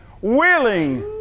willing